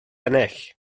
ennill